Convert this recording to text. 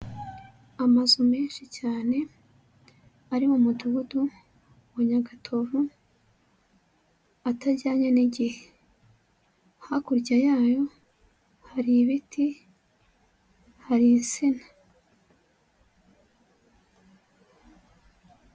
Amazu menshi cyane, ari mu mudugudu wa Nyagatovu, atajyanye n'igihe, hakurya yayo hari ibiti, hari insina.